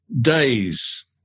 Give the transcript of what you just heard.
days